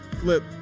flip